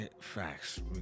Facts